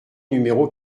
numéro